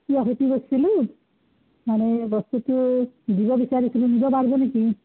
তিয়ঁহ খেতি ৰুইছিলোঁ মানে বস্তুটো দিব বিচাৰিছিলোঁ নিব পাৰিব নেকি